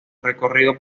recorrido